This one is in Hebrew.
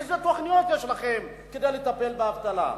איזה תוכניות יש לכם כדי לטפל באבטלה?